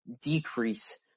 decrease